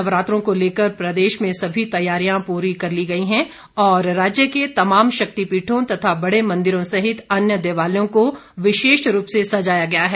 नवरात्रों को लेकर प्रदेश में सभी तैयारियां पूरी कर ली गई हैं और राज्य के तमाम शक्तिपीठों तथा बड़े मंदिरों सहित अन्य देवालयों को विशेष रूप से सजाया गया है